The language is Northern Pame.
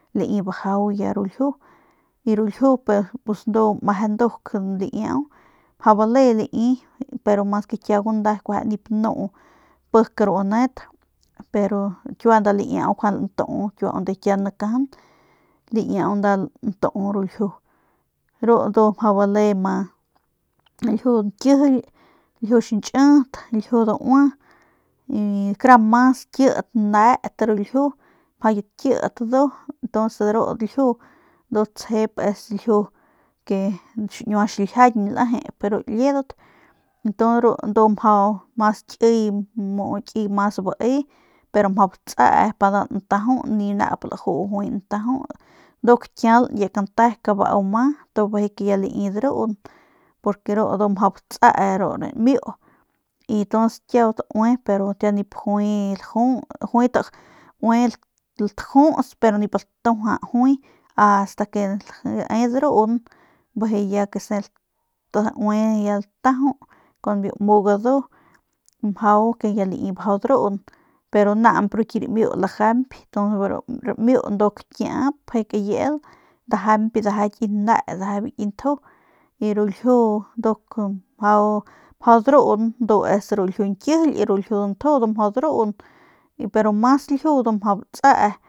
Lai bajau ru ljiu y ru ljiu pus ndu meje nduk laiau mjau bale lai mas ke kiauguan nda nip nu pik ru net pero kiua njuande ndalaju lantu kiua unde kiaung akajan laiau nda lantu ru ljiu ru ndu mjau bale ama ru ljiu ñkijily ljiu xiñchit ljiu daua y kara mas kit net ru ljiu mjau kit kit ndu y ru ljiu ndu tsjep es ljiu ke xiñiua xiljiang lejep ru liedat y tu ru ndu mu mas kiy mas kiy bae pero mjau batse para ntajau ni nau laju juy ntajau ndu kakial kante kabau ma tu bijiy ya lai druun porque ru ndu mjau batse ru ramiu y ntuns kiau taui kiau nip juay lajuts pero nip latuaja juy ast ke lae ya drun bijiy kese ya taui ya latajau kun biu mu gadu mjau kuandu ya lai drun pero namp ru ki ramiu lajañp pero ru ki ramiu ndu kakiap pje kabieul lajañp ndaja biu ki ne biu ki nju y ru ljiu nduk mjau druung ru ljiu mjau drun ndu es ru ljiu ñkijily y ru ljiu danju ndu mjau ndun pero mas ljiu ndu mjau batse.